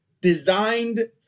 designed